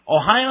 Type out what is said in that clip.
Ohio